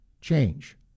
change